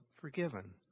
forgiven